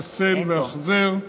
חסן והחזר"